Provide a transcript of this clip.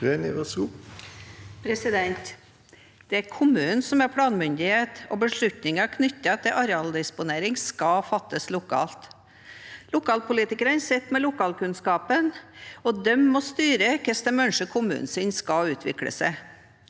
Det er kommunen som er planmyndighet, og beslutninger knyttet til arealdisponering skal fattes lokalt. Lokalpolitikerne sitter med lokalkunnskapen, og de må styre hvordan de ønsker at kommunen deres skal utvikle seg.